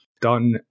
done